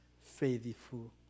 faithful